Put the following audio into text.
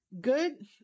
good